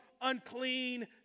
unclean